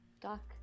doc